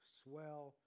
swell